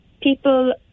people